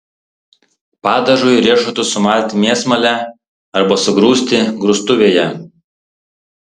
padažui riešutus sumalti mėsmale arba sugrūsti grūstuvėje